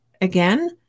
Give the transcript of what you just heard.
again